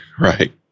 right